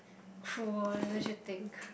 cruel don't you think